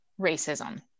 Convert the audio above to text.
racism